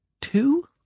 two